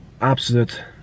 absolute